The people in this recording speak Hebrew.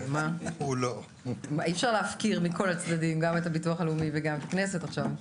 אי אפשר להפקיר מכל הצדדים גם את הביטוח הלאומי וגם את הכנסת עכשיו,